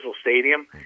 Stadium